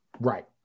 Right